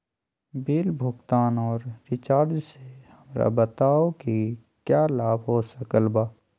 Bill भुगतान और recharge से हमरा बताओ कि क्या लाभ हो सकल बा?